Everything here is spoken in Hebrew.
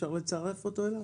אפשר לצרף אותו אליו?